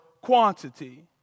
quantity